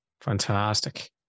Fantastic